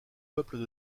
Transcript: peuples